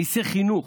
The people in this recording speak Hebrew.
מיסי חינוך.